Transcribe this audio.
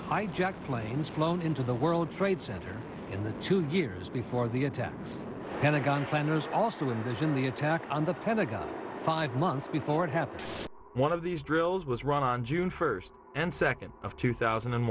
hijacked planes flown into the world trade center in the two years before the attacks pentagon planners also with those in the attack on the pentagon five months before it happened one of these drills was run on june first and second of two thousand and